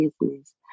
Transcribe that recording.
business